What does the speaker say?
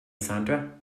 sandra